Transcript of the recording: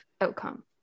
outcome